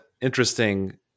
interesting